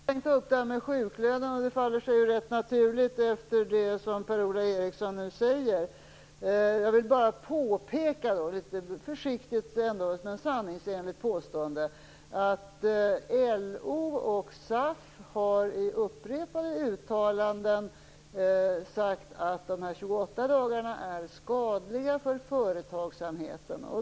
Herr talman! Jag tänkte ta upp frågan om sjuklöner. Det faller sig rätt naturligt efter det Per-Ola Eriksson har sagt. Jag vill försiktigt nämna ett sanningsenligt påstående. LO och SAF har i upprepade uttalanden sagt att de 28 dagarna är skadliga för företagsamheten.